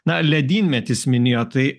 na ledynmetis minėjot tai